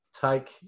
take